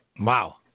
wow